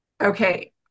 okay